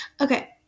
okay